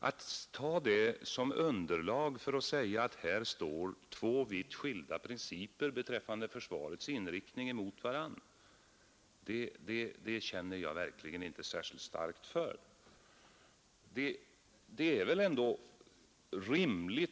Att ta detta su... underlag för att säga att här står två vitt skilda principer beträffande 1iorsvarets inriktning mot varandra, det känner jag verkligen inte särskilt starkt för. Det är väl ändå i "lig.